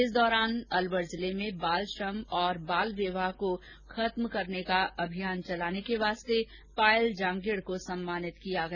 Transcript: इस दौरान अलवर जिले में बाल श्रम और बाल विवाह को खत्म करने का अभियान चलाने के वास्ते पायल जांगिड़ को सम्मानित किया गया